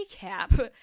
recap